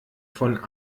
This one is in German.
von